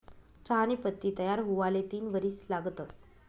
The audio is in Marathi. चहानी पत्ती तयार हुवाले तीन वरीस लागतंस